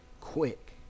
quick